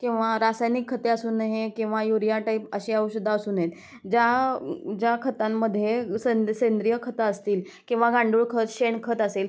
किंवा रासायनिक खते असू नाही किंवा यूरिया टाईप अशी औषधं असू नयेत ज्या ज्या खतांमध्ये ग् सेंद सेंद्रिय खतं असतील किंवा गांडूळखत शेणखत असेल